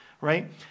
right